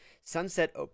Sunset